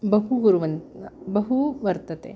बहु कुर्वन् बहु वर्तते